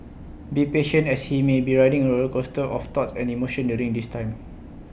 be patient as he may be riding A roller coaster of thoughts and emotions during this time